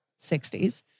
60s